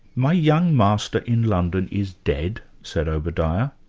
my young master in london is dead? said obadiah.